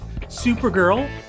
supergirl